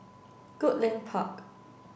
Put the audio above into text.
Goodlink Park